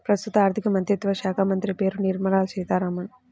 ప్రస్తుత ఆర్థికమంత్రిత్వ శాఖామంత్రి పేరు నిర్మల సీతారామన్